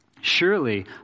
Surely